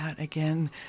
again